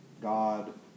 God